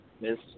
Miss